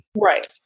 Right